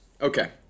Okay